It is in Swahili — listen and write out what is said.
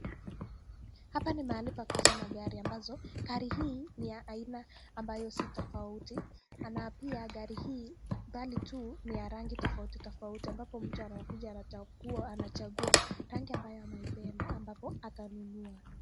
Hapa ni mahali pa kuuza magari, ambazo gari hii ni ya aina ambayo si tofauti na pia gari hii bali tu ni ya rangi tofauti tofauti, ambapo mtu anakuja anachagua rangi ambayo ameipenda, ambapo atanunua.